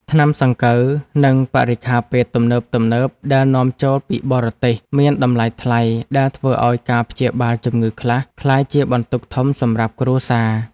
ថ្នាំសង្កូវនិងបរិក្ខារពេទ្យទំនើបៗដែលនាំចូលពីបរទេសមានតម្លៃថ្លៃដែលធ្វើឱ្យការព្យាបាលជំងឺខ្លះក្លាយជាបន្ទុកធំសម្រាប់គ្រួសារ។